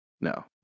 no